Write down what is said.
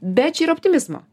bet čia yra optimizmo